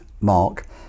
mark